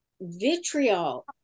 vitriol